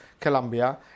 Colombia